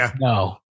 no